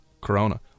corona